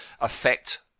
affect